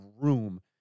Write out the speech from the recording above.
room